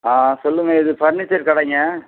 ஆ சொல்லுங்கள் இது ஃபர்னிச்சர் கடைங்கள்